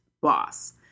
boss